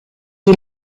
die